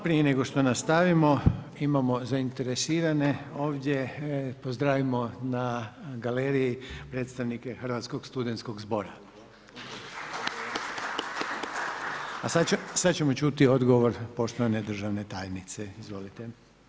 Prije nego što nastavimo, imamo zainteresirane ovdje, pozdravimo na galeriji predstavnike Hrvatskog studenskog zbora … A sada ćemo čuti odgovor poštovane državne tajnice, izvolite.